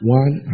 one